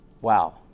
wow